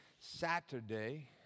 Saturday